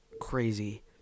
crazy